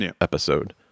episode